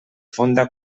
fonda